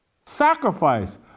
Sacrifice